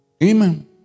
Amen